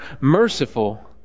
merciful